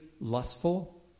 lustful